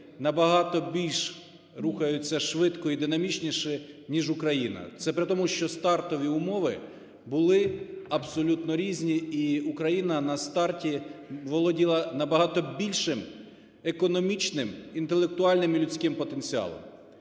набагато більш рухаються швидко і динамічніше, ніж Україна. Це при тому, що стартові умови були абсолютно різні, і Україна на старті володіла набагато більшим економічним, інтелектуальним і людським потенціалом.